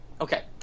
okay